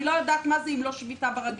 אני לא יודעת מה זה אם לא שביתה ברגליים.